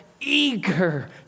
eager